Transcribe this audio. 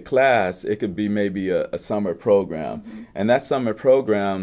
a class could be maybe a summer program and that summer program